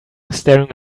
staring